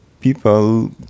people